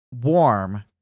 warm